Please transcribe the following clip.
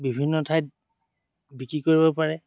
বিভিন্ন ঠাইত বিক্ৰী কৰিব পাৰে